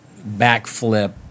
backflip